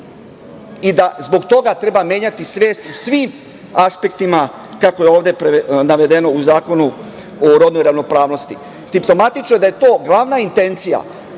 i da zbog toga treba menjati svest u svim aspektima kako je ovde navedeno u zakonu o rodnoj ravnopravnosti. Simptomatično je to da je to glavna intencija,